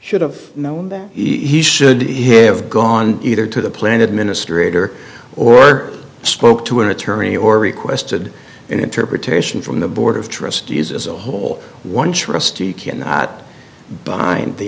should've known that he should have gone either to the plan administrator or spoke to an attorney or requested an interpretation from the board of trustees as a whole one trustee cannot bind the